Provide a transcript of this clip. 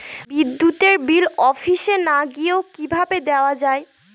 বিদ্যুতের বিল অফিসে না গিয়েও কিভাবে দেওয়া য়ায়?